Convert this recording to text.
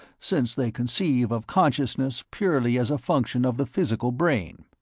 since they conceive of consciousness purely as a function of the physical brain.